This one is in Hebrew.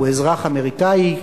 הוא אזרח אמריקני.